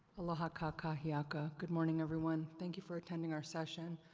aloha kakahiaka. good morning everyone, thank you for attending our session.